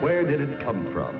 where did it come from